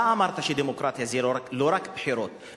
אתה אמרת שדמוקרטיה זה לא רק בחירות,